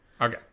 Okay